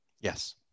Yes